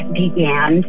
began